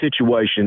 situation